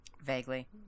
Vaguely